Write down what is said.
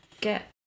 get